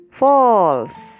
false